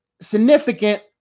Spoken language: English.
significant